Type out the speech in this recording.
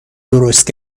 درست